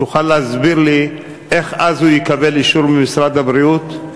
תוכל להסביר לי איך אז הוא יקבל אישור ממשרד הבריאות?